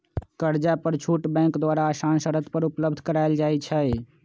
कर्जा पर छुट बैंक द्वारा असान शरत पर उपलब्ध करायल जाइ छइ